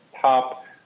top